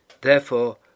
Therefore